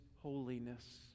holiness